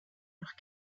leur